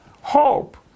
Hope